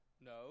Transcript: No